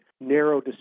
narrow